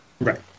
Right